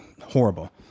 horrible